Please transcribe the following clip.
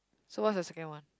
so what's the second one